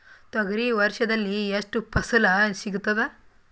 ತೊಗರಿ ವರ್ಷದಲ್ಲಿ ಎಷ್ಟು ಫಸಲ ಸಿಗತದ?